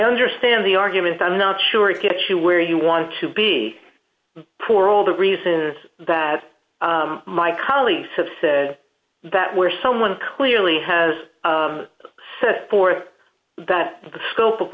understand the argument i'm not sure it gets to where you want to be poor all the reasons that my colleagues have said that where someone clearly has forth that the scope of